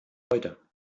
heute